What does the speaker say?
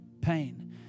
pain